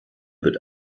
wird